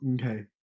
Okay